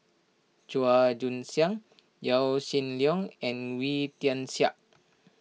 Chua Joon Siang Yaw Shin Leong and Wee Tian Siak